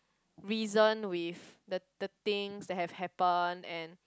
reason with the the things that have happen and